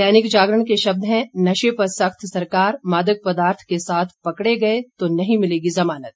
दैनिक जागरण के शब्द हैं नशे पर सख्त सरकार मादक पदार्थ के साथ पकड़े तो नहीं मिलेगी जमानत